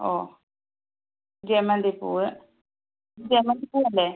ഓ ജമന്തി പൂവ് ജമന്തി പൂവ് അല്ലേ